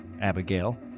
Abigail